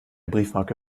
briefmarke